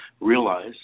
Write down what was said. realize